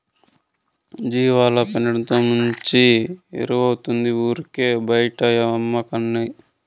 జీవాల పెండతో మంచి ఎరువౌతాది ఊరికే బైటేయకమ్మన్నీ